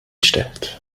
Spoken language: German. stellt